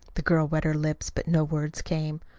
the girl wet her lips, but no words came.